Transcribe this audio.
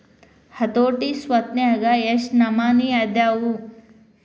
ಹತೋಟಿ ಸ್ವತ್ನ್ಯಾಗ ಯೆಷ್ಟ್ ನಮನಿ ಅದಾವು?